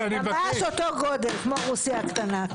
ממש אותו גודל כמו רוסיה הקטנה.